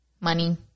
money